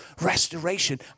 restoration